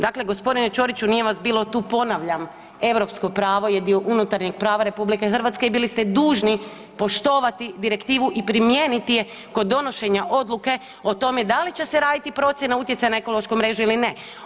Dakle, gospodine Ćoriću nije vas bilo tu, ponavljam europsko pravo je dio unutarnjeg prava RH i bili ste dužni poštovati direktivu i primijeniti je kod donošenja odluke o tome da li će se raditi procjena utjecaja na ekološku mrežu ili ne.